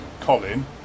Colin